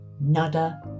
nada